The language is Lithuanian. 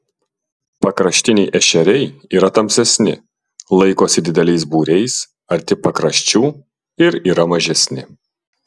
pakraštiniai ešeriai yra tamsesni laikosi dideliais būriais arti pakraščių ir yra mažesni